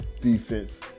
defense